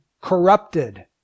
corrupted